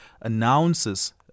announces